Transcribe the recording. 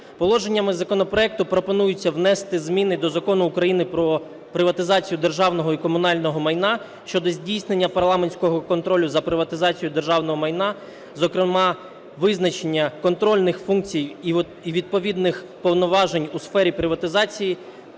Положеннями законопроекту пропонується внести зміни до Закону України "Про приватизацію державного і комунального майна" (щодо здійснення парламентського контролю за приватизацією державного майна), зокрема визначення контрольних функцій і відповідних повноважень у сфері приватизації